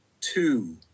two